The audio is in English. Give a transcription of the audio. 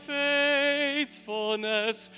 faithfulness